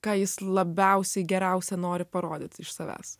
ką jis labiausiai geriausia nori parodyt iš savęs